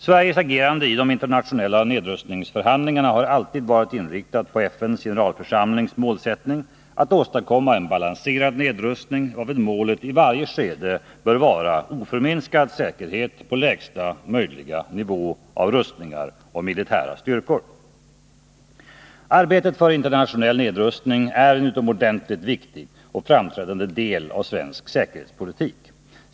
Sveriges agerande i de internationella nedrustningsförhandlingarna har alltid varit inriktat på FN:s generalförsamlings målsättning att åstadkomma en balanserad nedrustning, varvid målet i varje skede bör vara oförminskad säkerhet på lägsta möjliga nivå av rustningar och militära styrkor. Arbetet för internationell nedrustning är en utomordentligt viktig och framträdande del av svensk säkerhetspolitik.